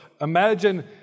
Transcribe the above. imagine